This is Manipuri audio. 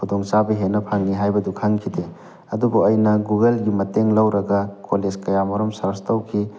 ꯈꯨꯗꯣꯡꯆꯥꯕ ꯍꯦꯟꯅ ꯐꯪꯉꯤ ꯍꯥꯏꯕꯗꯨ ꯈꯪꯈꯤꯗꯦ ꯑꯗꯨꯕꯨ ꯑꯩꯅ ꯒꯨꯒꯜꯒꯤ ꯃꯇꯦꯡ ꯂꯧꯔꯒ ꯀꯣꯂꯣꯖ ꯀꯌꯥꯃꯔꯨꯝ ꯁꯔꯁ ꯇꯧꯈꯤ